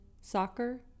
soccer